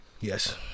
Yes